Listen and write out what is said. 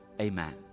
Amen